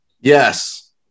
Yes